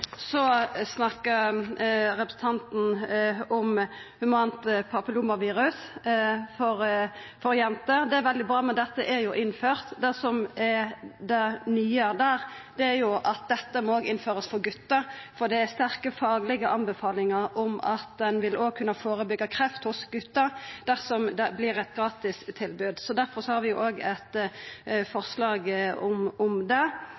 Så snakka representanten Hoksrud om vaksine mot humant papillomavirus for jenter. Det er veldig bra, men dette er jo innført. Det som er det nye der, er at det òg må innførast eit gratis tilbod for gutar, for det er sterke faglege anbefalingar om at ein òg vil kunna førebyggja kreft hos gutar. Difor har vi eit forslag om det. Så har vi